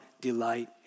delight